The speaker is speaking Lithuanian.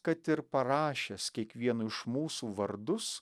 kad ir parašęs kiekvieno iš mūsų vardus